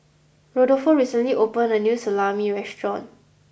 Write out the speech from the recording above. Rodolfo recently opened a new Salami restaurant